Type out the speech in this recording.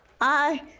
I-